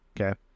Okay